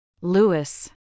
Lewis